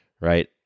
right